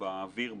באוויר,